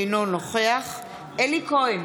אינו נוכח אלי כהן,